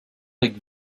avec